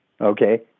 Okay